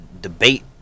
debate